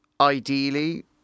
ideally